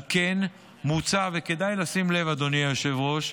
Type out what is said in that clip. על כן מוצע, וכדאי לשים לב, אדוני היושב-ראש,